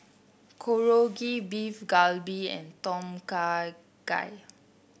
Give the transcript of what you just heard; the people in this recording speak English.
Korokke Beef Galbi and Tom Kha Gai